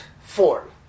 form